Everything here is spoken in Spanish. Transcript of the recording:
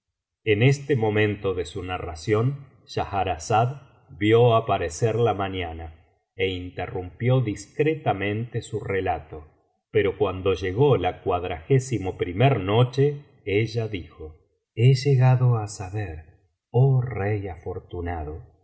en este momento de su narración schahrazada vio clarear el día y se calló discretamente pero cuando llegó la a noche ella dijo he llegado á saber oh rey afortunado